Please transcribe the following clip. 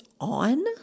on